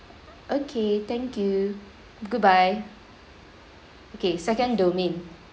okay thank you goodbye okay second domain